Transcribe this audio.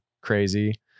crazy